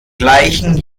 gleichen